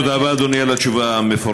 תודה רבה, אדוני, על התשובה המפורטת.